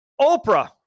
Oprah